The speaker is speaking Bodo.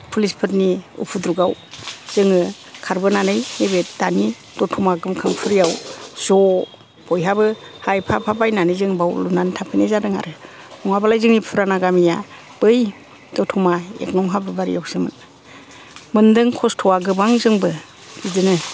पुलिसफोरनि उफद्रपाव जोङो खारबोनानै नैबे दानि दथमा गोमखांफुरियाव ज' बयहाबो हा एफा एफा बायनानै जों बाव लुनानै थाफैनाय जादों आरो नङाबालाय जोंनि फुराना गामिया बै दथमा एक नं हाब्रुबारीयावसोमोन मोनदों खस्त'वा गोबां जोंबो बिदिनो